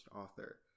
author